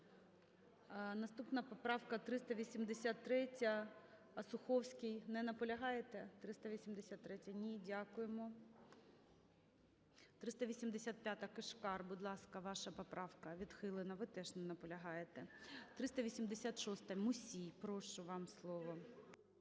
Наступна поправка - 383-я, Осуховський. Не наполягаєте? 383-я. Ні? Дякуємо. 385-а, Кишкар. Будь ласка, ваша поправка. Відхилена, ви теж не наполягаєте. 386-а, Мусій. Прошу, вам слово.